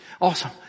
awesome